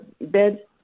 bed